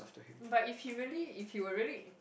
but if he really if he were really